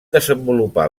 desenvolupar